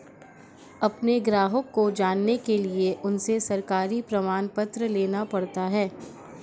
अपने ग्राहक को जानने के लिए उनसे सरकारी प्रमाण पत्र लेना पड़ता है